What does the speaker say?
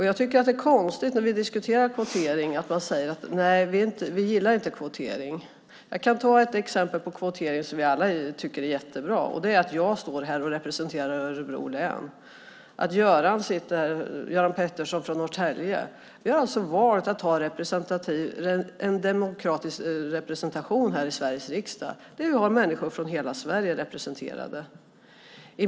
Jag tycker att det är konstigt när vi diskuterar kvotering att man säger att man inte gillar kvotering. Jag kan ta ett exempel på kvotering som vi alla tycker är bra, nämligen att jag står här och representerar Örebro län och att Göran Pettersson representerar Norrtälje. Vi har valt att ha en demokratisk representation i Sveriges riksdag. Människor från hela Sverige finns representerade.